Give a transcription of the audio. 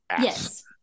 yes